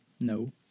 No